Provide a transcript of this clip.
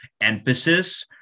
emphasis